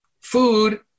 Food